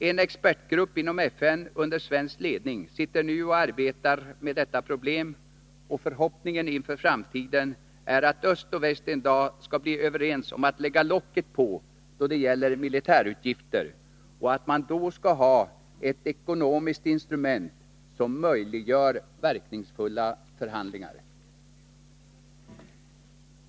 En expertgrupp inom FN under svensk ledning sitter nu och arbetar med detta problem, och förhoppningen inför framtiden är att öst och väst en dag skall bli överens om att lägga locket på då det gäller militärutgifter och att man då skall ha ett ekonomiskt instrument som möjliggör verkningsfulla förhandlingar.